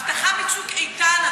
הבטחה מצוק איתן,